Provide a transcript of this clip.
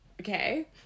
Okay